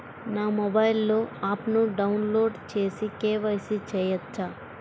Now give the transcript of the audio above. నా మొబైల్లో ఆప్ను డౌన్లోడ్ చేసి కే.వై.సి చేయచ్చా?